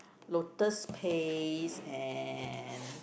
lotus paste and